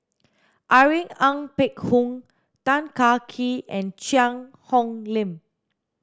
Irene Ng Phek Hoong Tan Kah Kee and Cheang Hong Lim